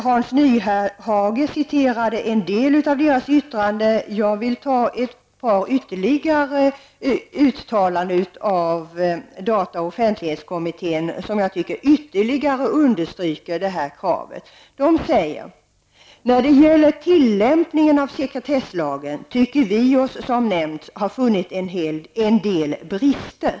Hans Nyhage citerade en del av kommitténs yttrande. Jag vill ta upp ytterligare ett par uttalanden av data och offentlighetskommittén som understryker det här kravet. Kommittén säger: ''När det gäller tillämpningen av sekretesslagen tycker vi oss, som nämnts, ha funnit en del brister.''